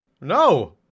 No